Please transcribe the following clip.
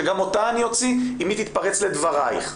שגם אותה אני אוציא אם היא תתפרץ לדבריך.